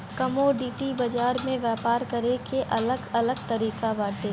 commodity बाजार में व्यापार करे के अलग अलग तरिका बाटे